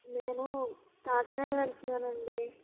నేను కాకినాడ వెళ్తున్నానండి